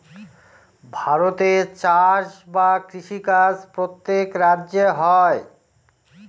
ভারতে চাষ বা কৃষি কাজ প্রত্যেক রাজ্যে হয়